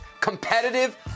competitive